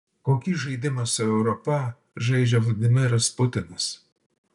kokį žaidimą su europa žaidžia vladimiras putinas